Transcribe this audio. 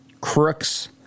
crooks